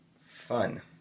Fun